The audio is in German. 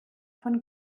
von